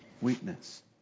weakness